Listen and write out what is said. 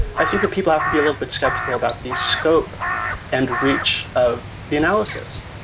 i think that people have to be a little bit skeptical about the scope and reach of the analysis.